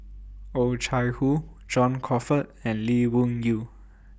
Oh Chai Hoo John Crawfurd and Lee Wung Yew